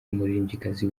umuririmbyikazi